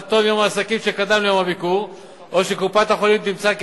עד תום יום העסקים שקדם ליום הביקור או שקופת-החולים תמצא כי